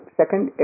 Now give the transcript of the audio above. second